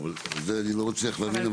אבל את זה אני לא מצליח להבין.